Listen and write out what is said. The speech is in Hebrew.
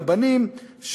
לבנים,